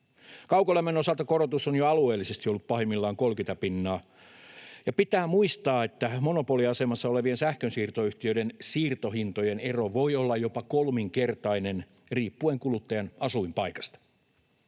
Kaukolämmön osalta korotus on jo alueellisesti ollut pahimmillaan 30 pinnaa, ja pitää muistaa, että monopoliasemassa olevien sähkönsiirtoyhtiöiden siirtohintojen ero voi olla jopa kolminkertainen riippuen kuluttajan asuinpaikasta.